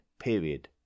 period